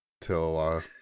till